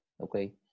okay